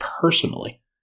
personally